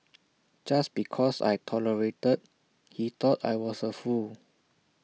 just because I tolerated he thought I was A fool